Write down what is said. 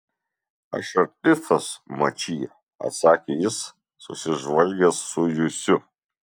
aš artistas mačy atsakė jis susižvalgęs su jusiu